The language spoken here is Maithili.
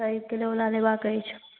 एक किलोवला लेबाक अछि